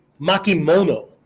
makimono